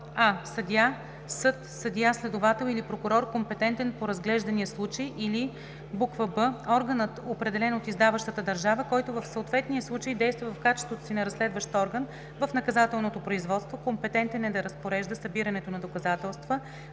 съд, съдия-следовател или прокурор, компетентен по разглеждания случай, или б) органът, определен от издаващата държава, който в съответния случай действа в качеството си на разследващ орган в наказателното производство, компетентен е да разпорежда събирането на доказателства